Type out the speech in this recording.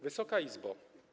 Wysoka Izbo!